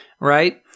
Right